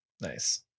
nice